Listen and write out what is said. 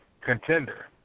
contender